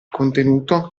contenuto